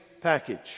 package